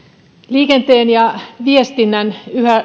liikenteen ja viestinnän yhä